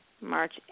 March